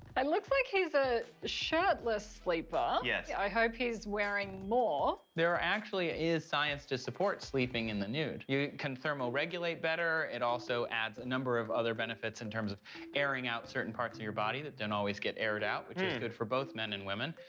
um looks like he's a shirtless sleeper. yeah yeah i hope he's wearing more. there actually is science to support sleeping in the nude. you can thermo-regulate better, it also adds a number of other benefits, in terms of airing out certain parts of your body that don't always get aired out, which is good for both men and women.